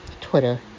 Twitter